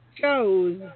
shows